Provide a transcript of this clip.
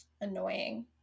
annoying